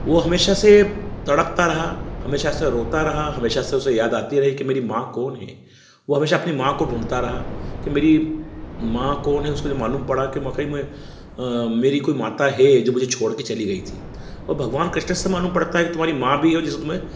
वह हमेशा से तड़पता रहा हमेशा से रोता रहा हमेशा से उसे याद आती रही कि मेरी माँ कौन है वह हमेशा अपनी माँ को ढूँढता रहा कि मेरी माँ कौन है उसको जो मालूम पड़ा कि वाकई में मेरी कोई माता है जो मुझे छोड़ कर चली गई थी और भगवान कृष्ण से मालूम पड़ता है कि तुम्हारी माँ भी है जिसको तुम्हें